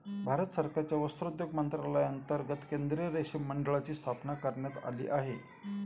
भारत सरकारच्या वस्त्रोद्योग मंत्रालयांतर्गत केंद्रीय रेशीम मंडळाची स्थापना करण्यात आली आहे